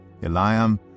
Eliam